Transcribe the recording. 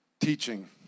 teaching